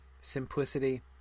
simplicity